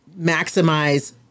maximize